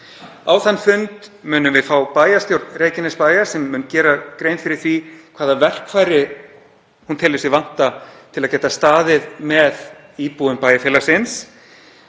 Á þann fund munum við fá bæjarstjórn Reykjanesbæjar, sem mun gera grein fyrir því hvaða verkfæri hún telur sig vanta til að geta staðið (Forseti hringir.)